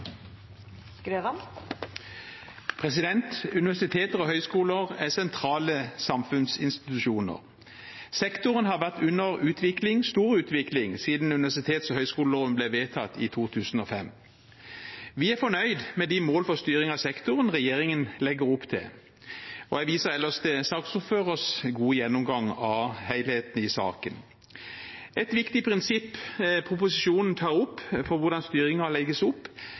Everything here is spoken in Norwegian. sentrale samfunnsinstitusjoner. Sektoren har vært under utvikling – stor utvikling – siden universitets- og høyskoleloven ble vedtatt i 2005. Vi er fornøyd med de mål for styring av sektoren regjeringen legger opp til, og jeg viser ellers til saksordførerens gode gjennomgang av helheten i saken. Et viktig prinsipp proposisjonen tar opp, for hvordan styringen legges opp,